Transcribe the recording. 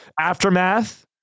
aftermath